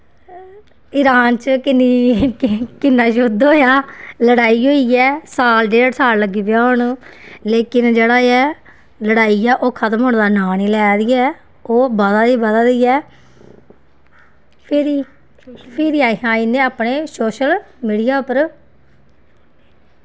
Iran च किन्नी किन्ना युद्ध होएआ लड़ाई होई ऐ साल डेढ साल लग्गी पेआ होन लेकिन जेह्ड़ा ऐ लड़ाई ऐ ओह् खतम होने दा नांऽ नी लै दी ऐ ओह् बधा दी बधा दी ऐ फिरी फिरी अस आई जन्ने आं अपने सोशल मीडिया उप्पर